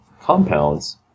compounds